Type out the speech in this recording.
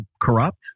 corrupt